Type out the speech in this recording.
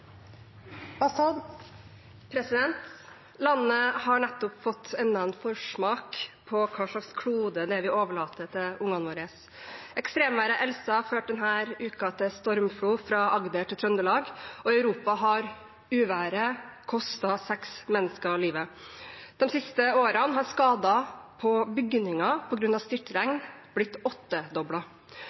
Landet har nettopp fått enda en forsmak på hva slags klode vi overlater til ungene våre. Ekstremværet «Elsa» førte denne uken til stormflo fra Agder til Trøndelag, og i Europa har uværet kostet seks mennesker livet. De siste årene har skader på bygninger på grunn av styrtregn blitt